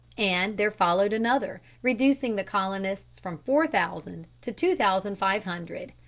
and there followed another, reducing the colonists from four thousand to two thousand five hundred,